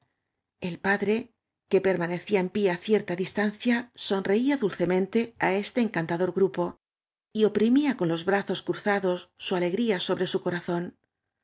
rl padre que permanecía en pié á cierta distancia sonreía dulcemente á este encantador grupo y oprimía con los brazos cruzados su alegría sobro su corazón